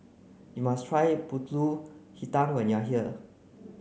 you must try Pulut Hitam when you are here